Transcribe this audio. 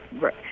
right